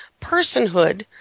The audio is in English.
personhood